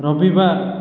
ରବିବାର